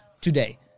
today